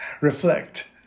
reflect